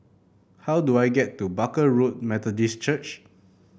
how do I get to Barker Road Methodist Church